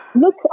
Look